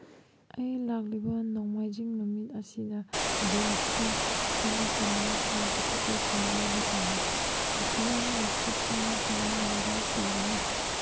ꯑꯩ ꯂꯥꯛꯂꯤꯕ ꯅꯣꯡꯃꯥꯏꯖꯤꯡ ꯅꯨꯃꯤꯠ ꯑꯁꯤꯗ ꯕꯣꯠꯇ ꯏꯁꯇꯦꯟ ꯑꯞ ꯀꯣꯃꯦꯗꯤ ꯁꯣꯒꯤ ꯇꯤꯀꯦꯠꯁꯤꯡ ꯂꯩꯕ ꯄꯥꯝꯃꯤ ꯑꯩꯠꯇꯤ ꯋꯥꯟꯒꯤ ꯁꯤꯠ ꯑꯃ ꯑꯩꯅ ꯀꯔꯝꯅ ꯔꯤꯖꯥꯞ ꯇꯧꯒꯅꯤ